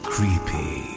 Creepy